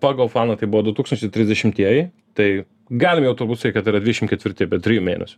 pagal planą tai buvo su tūkstančiai trisdešimtieji tai galim jau turbūt sakyt kad tai yra dvidešim ketvirti be trijų mėnesių